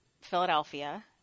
Philadelphia